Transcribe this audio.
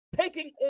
taking